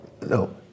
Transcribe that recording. no